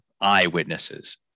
eyewitnesses